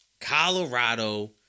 Colorado